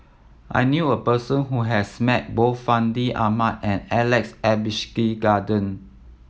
I knew a person who has met both Fandi Ahmad and Alex Abisheganaden